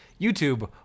YouTube